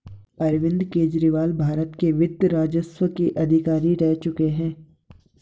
अरविंद केजरीवाल भारत के वित्त राजस्व के अधिकारी रह चुके हैं